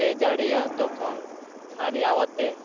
ᱮ ᱡᱟᱹᱲᱤᱭᱟ ᱛᱚᱠᱷᱚᱱ ᱥᱟᱨᱭᱟ ᱟᱛᱮᱜ